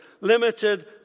limited